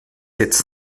its